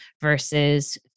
versus